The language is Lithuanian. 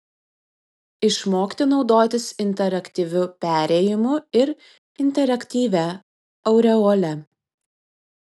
išmokti naudotis interaktyviu perėjimu ir interaktyvia aureole